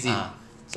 ah